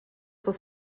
das